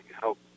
help